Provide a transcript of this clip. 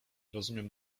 rozumiem